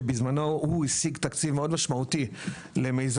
שבזמנו הוא השיג תקציב מאוד משמעותי למיזם